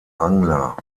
angler